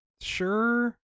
sure